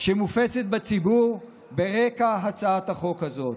שמופצת בציבור ברקע הצעת החוק הזאת: